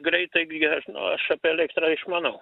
greitai gi o aš apie elektrą išmanau